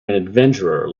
adventurer